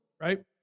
right